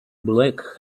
black